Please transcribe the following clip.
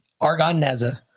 Argonneza